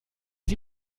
sie